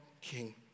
king